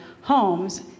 homes